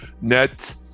Net